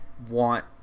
want